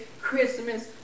Christmas